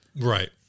right